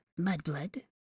Mudblood